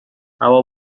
هوا